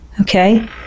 Okay